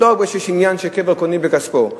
לא רק כי יש עניין שקבר קונים בכספו,